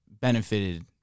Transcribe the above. benefited